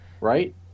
right